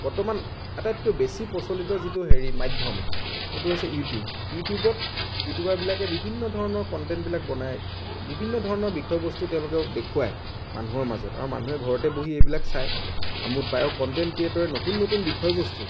বৰ্তমান আটাইতকৈ বেছি প্ৰচলিত যিটো হেৰি মাধ্য়ম সেইটো হৈছে ইউটিউব ইউটিউবত ইউটিউবাৰবিলাকে বিভিন্ন ধৰণৰ কণ্টেন্টবিলাক বনায় বিভিন্ন ধৰণৰ বিষয়বস্তু তেওঁলোকে দেখুৱায় মানুহৰ মাজত আৰু মানুহে ঘৰতে বহি এইবিলাক চায় আমোদ পায় আৰু কণ্টেন্ট ক্ৰিয়েটৰে নতুন নতুন বিষয়বস্তু